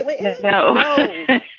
No